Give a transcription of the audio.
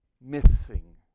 missing